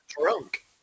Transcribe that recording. drunk